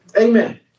Amen